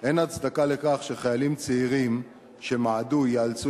אין הצדקה לכך שחיילים צעירים שמעדו ייאלצו